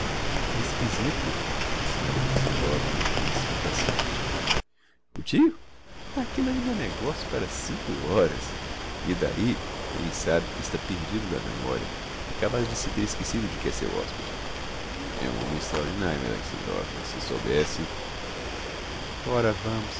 é exquisito disse maria alexandrovna erguendo-se impaciente o tio aquillo ainda é negocio para cinco horas e d'ahi bem sabe que está perdido da memoria é capaz de se ter esquecido de que é seu hospede é um homem extraordinario maria alexandrovna se soubesse ora vamos